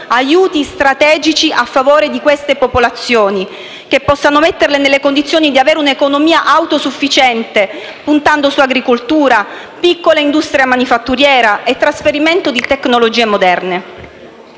aiuti strategici a favore di queste popolazioni che possano metterle nelle condizioni di avere una economia autosufficiente puntando su agricoltura, piccola industria manifatturiera e trasferimento di tecnologie moderne.